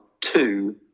two